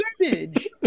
garbage